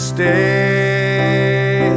Stay